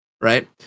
right